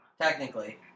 Technically